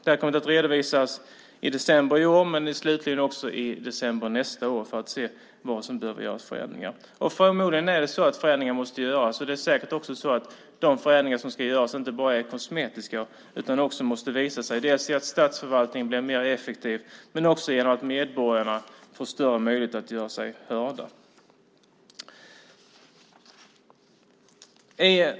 Det kommer att redovisas i december i år men slutligen också i december nästa år för att man ska se var det behöver göras förändringar. Förmodligen måste förändringar göras. Det är säkert också så att de förändringar som ska göras inte bara är kosmetiska utan måste visa sig i att statsförvaltningen blir mer effektiv men också genom att medborgarna får större möjligheter att göra sig hörda.